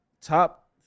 top